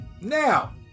Now